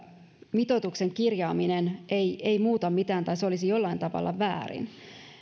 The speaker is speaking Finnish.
mitoituksen kirjaaminen ei ei muuta mitään tai että se olisi jollain tavalla väärin